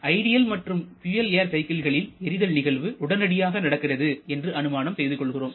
ideal மற்றும் fuel air சைக்கிள்களில் எரிதல் நிகழ்வு உடனடியாக நடக்கிறது என்று அனுமானம் செய்து கொள்கிறோம்